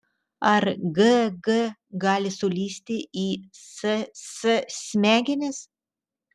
ar g g gali sulįsti į s s smegenis